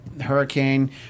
Hurricane